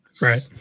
right